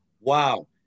Wow